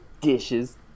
Dishes